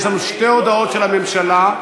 יש לנו שתי הודעות של הממשלה.